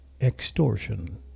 extortion